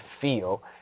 feel